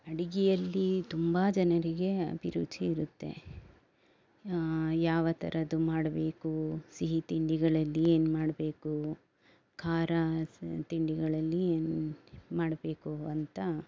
ಅಡಿಗೆಯಲ್ಲಿ ತುಂಬ ಜನರಿಗೆ ಅಭಿರುಚಿ ಇರುತ್ತೆ ಯಾವ ಥರದ್ದು ಮಾಡಬೇಕು ಸಿಹಿ ತಿಂಡಿಗಳಲ್ಲಿ ಏನು ಮಾಡಬೇಕು ಖಾರ ತಿಂಡಿಗಳಲ್ಲಿ ಏನು ಮಾಡಬೇಕು ಅಂತ